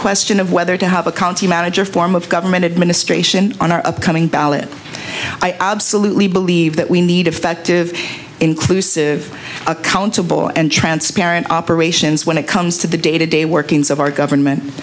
question of whether to have a county manager form of government administration on our upcoming ballot i absolutely believe that we need effective inclusive with accountable and transparent operations when it comes to the day to day workings of our government